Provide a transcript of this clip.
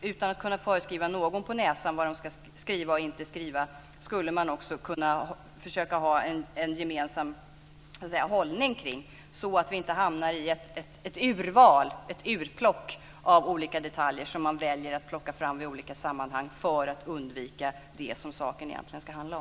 Utan att skriva någon på näsan vad de ska och inte ska skriva skulle man kunna försöka ha en gemensam hållning kring detta så att vi inte hamnar i ett urval av olika detaljer som man väljer att plocka fram i olika sammanhang för att undvika det som saken egentligen ska handla om.